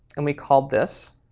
and we called this